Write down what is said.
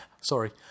sorry